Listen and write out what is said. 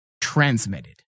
transmitted